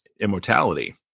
immortality